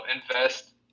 invest